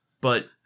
but-